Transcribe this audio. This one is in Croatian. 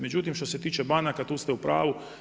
Međutim što se tiče banaka tu ste u pravu.